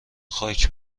خاک